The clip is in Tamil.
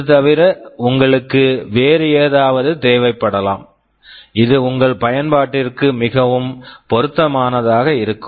இதுதவிர உங்களுக்கு வேறு ஏதாவது தேவைப்படலாம் இது உங்கள் பயன்பாட்டிற்கு மிகவும் பொருத்தமானதாக இருக்கும்